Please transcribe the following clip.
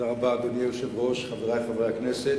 אדוני היושב-ראש, תודה רבה, חברי חברי הכנסת,